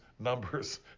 Numbers